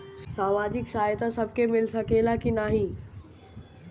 सामाजिक सहायता सबके मिल सकेला की नाहीं?